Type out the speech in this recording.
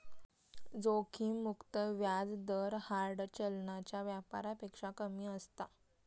जोखिम मुक्त व्याज दर हार्ड चलनाच्या व्यापारापेक्षा कमी असता